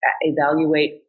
evaluate